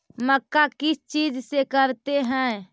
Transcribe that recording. मक्का किस चीज से करते हैं?